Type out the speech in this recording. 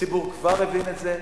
הציבור כבר הבין את זה.